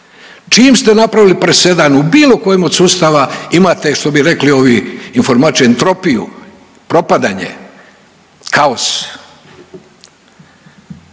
čim ste napravili presedan u bilo kojem od sustava imate što bi rekli ovi … entropiju, propadanje, kaos.